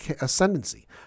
ascendancy